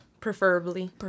Preferably